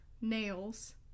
nails